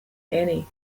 annie